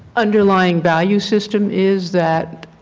underlying value system is that